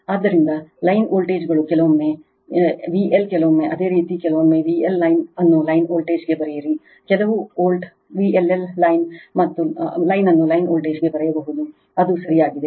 ಆದ್ದರಿಂದ ಲೈನ್ ವೋಲ್ಟೇಜ್ಗಳು ಕೆಲವೊಮ್ಮೆ V L ಕೆಲವೊಮ್ಮೆ ಅದೇ ರೀತಿ ಕೆಲವೊಮ್ಮೆ V L ಲೈನ್ ಅನ್ನು ಲೈನ್ ವೋಲ್ಟೇಜ್ಗೆ ಬರೆಯಿರಿ ಕೆಲವು ವೋಲ್ಟ್ V LL ಲೈನ್ ಅನ್ನು ಲೈನ್ ವೋಲ್ಟೇಜ್ಗೆ ಬರೆಯಬಹುದು ಅದು ಸರಿಯಾಗಿದೆ